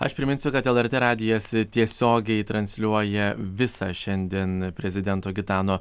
aš priminsiu kad lrt radijas tiesiogiai transliuoja visą šiandien prezidento gitano